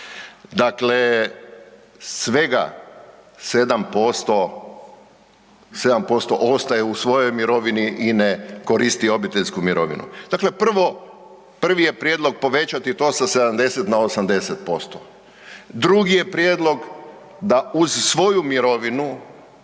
Dakle, svega 7% ostaje u svojoj mirovini i ne koristi obiteljsku mirovinu. Dakle, prvi je prijedlog povećati to sa 70 na 80%, drugi je prijedlog da uz svoju mirovinu